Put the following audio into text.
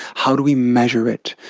how do we measure it,